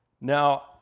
Now